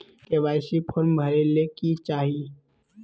KYC form भरे ले कि चाही?